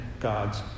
God's